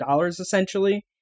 essentially